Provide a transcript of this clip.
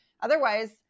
Otherwise